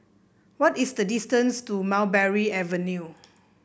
what is the distance to Mulberry Avenue